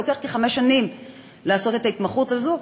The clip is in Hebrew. לוקח כחמש שנים לעשות את ההתמחות הזו.